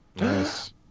Yes